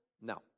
No